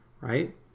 right